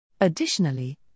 Additionally